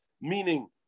meaning